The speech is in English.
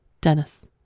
Dennis